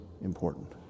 important